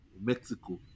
Mexico